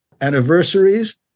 anniversaries